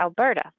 Alberta